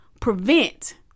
prevent